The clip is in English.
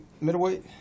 Middleweight